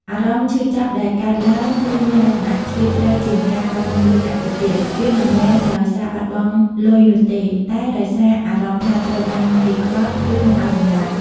អារម្មណ៍ឈឺចាប់ដែលកើតឡើងគឺមានលក្ខណៈជ្រាលជ្រៅជាងការបាត់បង់លុយកាក់ទៅទៀត វាមិនមែនដោយសារបាត់បង់លុយនោះទេ តែដោយសារអារម្មណ៍ថាត្រូវបានគេក្បត់ ឬមិនឲ្យតម្លៃ។